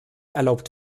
erlaubt